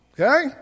Okay